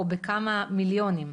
או בכמה מיליונים.